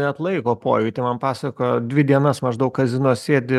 net laiko pojūtį man pasakojo dvi dienas maždaug kazino sėdi